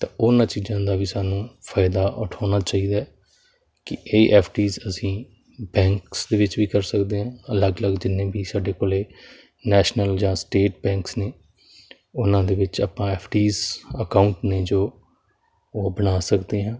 ਤਾਂ ਉਹਨਾਂ ਚੀਜ਼ਾਂ ਦਾ ਵੀ ਸਾਨੂੰ ਫਾਇਦਾ ਉਠਾਉਣਾ ਚਾਹੀਦਾ ਹੈ ਕਿ ਇਹ ਐਫ ਡੀਜ ਅਸੀਂ ਬੈਂਕਸ ਦੇ ਵਿੱਚ ਵੀ ਕਰ ਸਕਦੇ ਹਾਂ ਅਲੱਗ ਅਲੱਗ ਜਿੰਨੇ ਵੀ ਸਾਡੇ ਕੋਲ ਨੈਸ਼ਨਲ ਜਾਂ ਸਟੇਟ ਬੈਂਕਸ ਨੇ ਉਹਨਾਂ ਦੇ ਵਿੱਚ ਆਪਾਂ ਐਫ ਡੀਸ ਅਕਾਊਂਟ ਨੇ ਜੋ ਉਹ ਬਣਾ ਸਕਦੇ ਹਾਂ